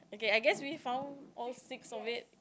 okay I guess we found all six of it